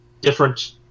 different